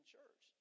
church